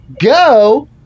Go